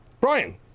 Brian